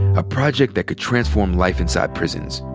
a project that could transform life inside prisons.